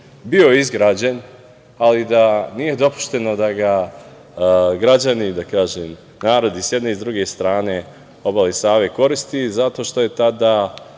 bio izgrađen, ali nije dopušteno da ga građani, narod i sa jedne i sa druge strane obale Save koristi, zato što je tada